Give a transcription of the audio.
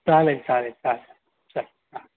चालेल चालेल चालेल चल हां